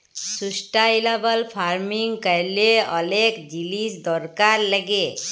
sustainable farming ক্যরলে অলেক জিলিস দরকার লাগ্যে